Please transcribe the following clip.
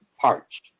parts